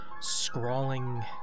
scrawling